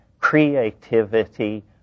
creativity